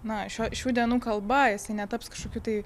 našio šių dienų kalba jisai netaps kažkokiu tai